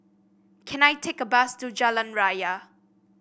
can I take a bus to Jalan Raya